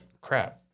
Crap